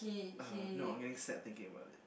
uh no I'm getting sad thinking about it